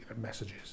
messages